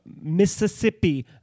Mississippi